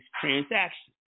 transaction